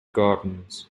gardens